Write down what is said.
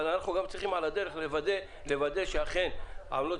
אבל אנחנו צריכים על הדרך לוודא שאכן עמלות